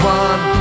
one